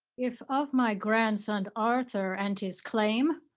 if of my grandson, arthur, and his claim,